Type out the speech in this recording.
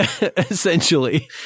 essentially